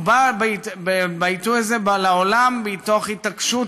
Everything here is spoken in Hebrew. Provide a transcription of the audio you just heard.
הוא בא בעיתוי הזה לעולם מתוך התעקשות